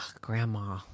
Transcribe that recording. grandma